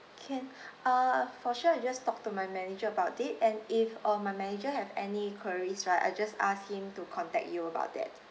can uh for sure you just talk to my manager about it and if uh my manager have any queries right I just ask him to contact you about it